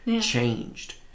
changed